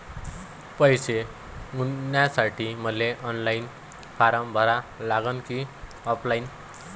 पैसे गुंतन्यासाठी मले ऑनलाईन फारम भरा लागन की ऑफलाईन?